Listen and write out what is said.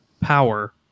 power